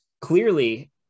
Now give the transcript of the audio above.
clearly